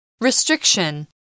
Restriction